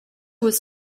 was